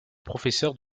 professeur